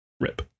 Rip